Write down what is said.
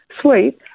sweet